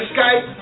Skype